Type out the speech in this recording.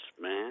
man